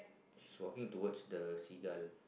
she's walking toward the seagull